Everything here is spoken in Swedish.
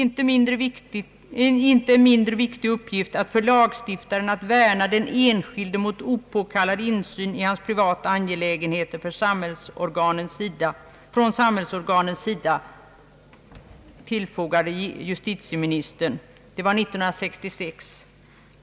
Det är en inte mindre viktig uppgift för lagstiftaren att värna den enskilde mot opåkallad insyn i hans privata angelägenheter från samhällsorganens sida, skrev justitieministern 1966.